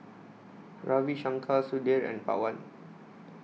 Ravi Shankar Sudhir and Pawan